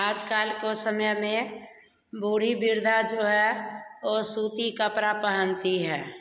आज कल को समय मे बूढ़ी वृद्धा जो है वह सूती कपड़ा पहनती है